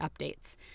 updates